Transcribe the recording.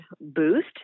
boost